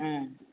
ம்